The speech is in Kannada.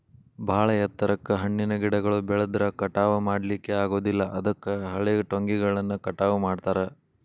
ಬಾಳ ಎತ್ತರಕ್ಕ್ ಹಣ್ಣಿನ ಗಿಡಗಳು ಬೆಳದ್ರ ಕಟಾವಾ ಮಾಡ್ಲಿಕ್ಕೆ ಆಗೋದಿಲ್ಲ ಅದಕ್ಕ ಹಳೆಟೊಂಗಿಗಳನ್ನ ಕಟಾವ್ ಮಾಡ್ತಾರ